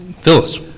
Phyllis